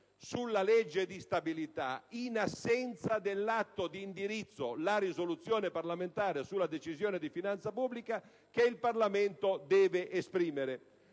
sulla legge di stabilità in assenza dell'atto di indirizzo - la risoluzione parlamentare sulla Decisione di finanza pubblica - che il Parlamento deve esprimere.